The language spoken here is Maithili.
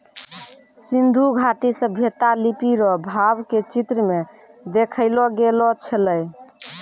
सिन्धु घाटी सभ्यता लिपी रो भाव के चित्र मे देखैलो गेलो छलै